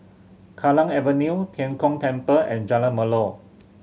Kallang Avenue Tian Kong Temple and Jalan Melor